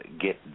get